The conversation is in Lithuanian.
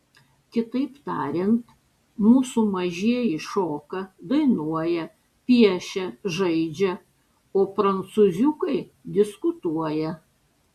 kitaip tariant mūsų mažieji šoka dainuoja piešia žaidžia o prancūziukai diskutuoja